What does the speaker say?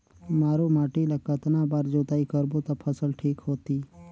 मारू माटी ला कतना बार जुताई करबो ता फसल ठीक होती?